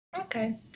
okay